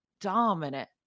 dominant